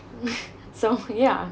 so ya